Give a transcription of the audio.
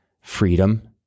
freedom